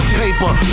paper